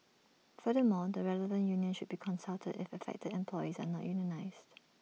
furthermore the relevant union should be consulted if affected employees are unionised